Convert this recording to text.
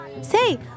Say